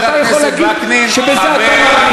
אתה יכול להגיד שבזה אתה מאמין,